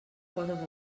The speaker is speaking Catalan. poses